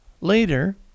Later